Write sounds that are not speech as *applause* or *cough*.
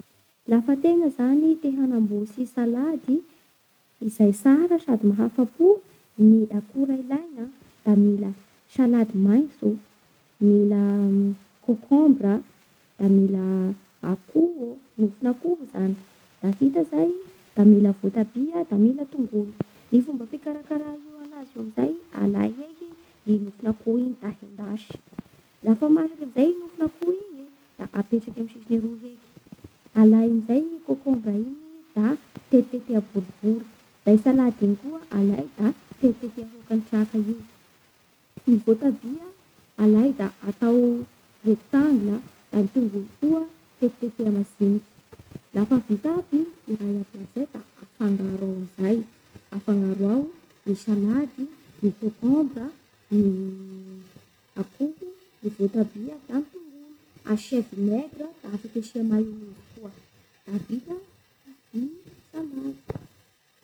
Lafa antegna zany te hanamboatsy salady izay tsara sady mahafa-po: ny akora ilaigna da mila salady maitso, mila *hesitation* kôkômbra, da mila akoho, nofon'akoho izany, da vita izay da mila voatabia, da mila tongolo. Ny fomba fikarakara i io anazy amizay: alay heky ny nofon'akoho igny da endasy; lafa masaky amin'izay nofon'akoho igny da apetraky amin'ny saosiny ro heky. Alay amizay kôkômbra igny da tetiteteha boribory, da i salady igny koa alay da tetiteteha *unintelligible* io. Ny voatabia alay da atao *unintelligible* da ny tongolo koa tetiteha majinika. Lafa vita aby ireo aby amizay da afangaro ao amin'izay; afangaro ao ny salady, ny kôkômbra, ny *hesitation* akoho, ny voatabia da ny tongolo; asia vinaigra, afaky asia maiônezy koa. Da vita ny salady.